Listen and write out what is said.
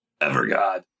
Evergod